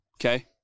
Okay